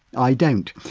i don't.